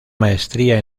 maestría